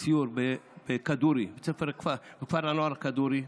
בכפר הנוער כדורי,